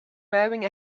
wearing